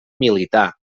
militar